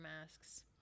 masks